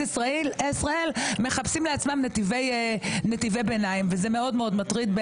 ישראל מחפשים לעצמם נתיבי ביניים וזה מאוד מאוד מטריד.